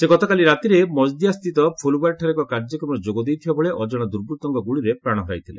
ସେ ଗତକାଲି ରାତିରେ ମକଦିଆସ୍ଥିତ ଫୁଲବାରୀଠାରେ ଏକ କାର୍ଯ୍ୟକ୍ରମରେ ଯୋଗ ଦେଇଥିବାବେଳେ ଅଜଣା ଦୁର୍ବୂତ୍କ ଗୁଳିରେ ପ୍ରାଣ ହରାଇଥିଲେ